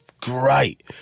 Great